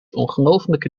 ongelooflijke